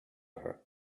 her